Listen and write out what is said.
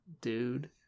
dude